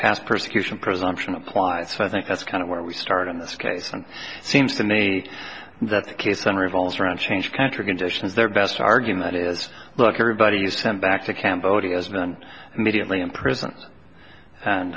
past persecution presumption applies i think that's kind of where we start in this case and seems to me that's the case then revolves around change country conditions their best argument is look everybody is sent back to cambodia has been mediately imprison